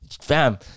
Fam